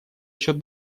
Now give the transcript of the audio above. счет